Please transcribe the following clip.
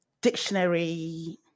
dictionary